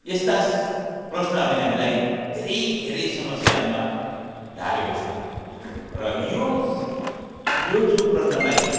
यस्ता प्रश्नहरूले हामीलाई धेरै धेरै समस्याहरूमा ढालेको छ र यो यो जो प्रश्नलाई